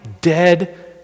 dead